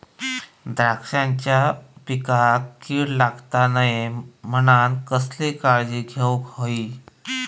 द्राक्षांच्या पिकांक कीड लागता नये म्हणान कसली काळजी घेऊक होई?